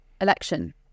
election